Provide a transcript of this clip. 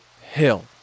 Hill